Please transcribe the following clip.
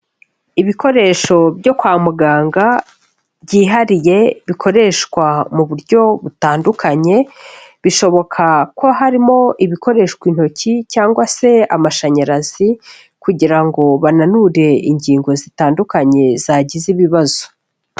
Ibikoresho byo kwa muganga byihariye bikoreshwa mu buryo butandukanye, bishoboka ko harimo ibikoreshwa intoki cyangwa se amashanyarazi kugira ngo bananure ingingo zitandukanye, zagize ibibazo.